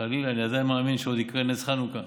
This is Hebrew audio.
חלילה, אני עדיין מאמין שיקרה נס חנוכה,